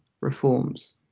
reforms